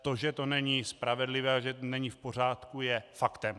To, že to není spravedlivé a není v pořádku, je faktem.